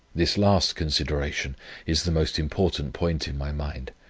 this last consideration is the most important point in my mind.